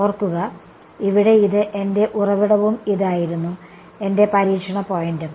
ഓർക്കുക ഇവിടെ ഇത് എന്റെ ഉറവിടവും ഇതായിരുന്നു എന്റെ പരീക്ഷണ പോയിന്റും